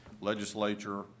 Legislature